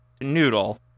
Noodle